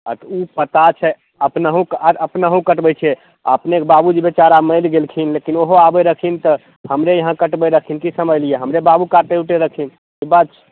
ओ पता छै अपनहुँके आओर अपनहुँ कटबै छियै आ अपनेके बाबूजी बेचारा मरि गेलखिन लेकिन ओहो आबै रहथिन तऽ हमरे यहाँ कटबै रहथिन की समझलियै हमर बाबू काटए उटए रहखिन ई बात छै